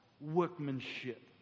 workmanship